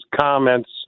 comments